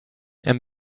and